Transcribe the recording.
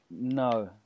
No